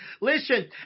Listen